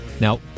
Now